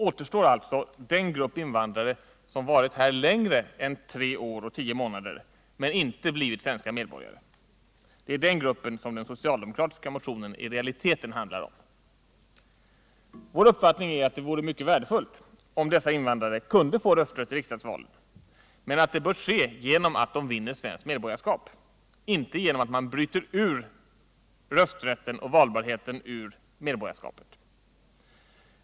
Återstår alltså den grupp invandrare som varit här längre än tre år och tio månader men inte blivit svenska medborgare. Det är den gruppen som den socialdemokratiska motionen i realiteten handlar om. Vår uppfattning är att det vore mycket värdefullt om dessa invandrare kunde få rösträtt i riksdagsvalen men att det bör ske genom att de vinner svenskt medborgarskap, inte genom att man bryter ut rösträtten och valbarheten ur medborgarskapet.